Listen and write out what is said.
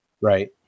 Right